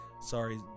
sorry